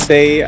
say